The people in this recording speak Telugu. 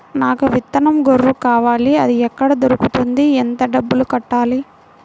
నాకు విత్తనం గొర్రు కావాలి? అది ఎక్కడ దొరుకుతుంది? ఎంత డబ్బులు కట్టాలి?